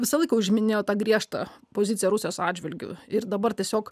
visą laiką užiminėjo tą griežtą poziciją rusijos atžvilgiu ir dabar tiesiog